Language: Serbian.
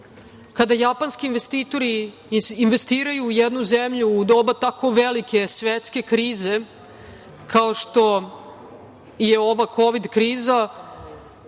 Kada japanski investitori investiraju u jednu zemlju u doba tako velike svetske krize, kao što je ova kovid kriza,